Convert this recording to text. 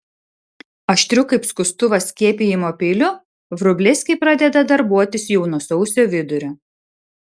aštriu kaip skustuvas skiepijimo peiliu vrublevskiai pradeda darbuotis jau nuo sausio vidurio